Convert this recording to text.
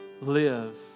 live